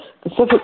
Pacific